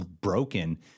broken